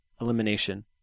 elimination